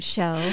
Show